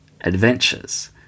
adventures